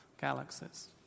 galaxies